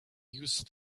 use